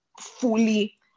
fully